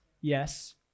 Yes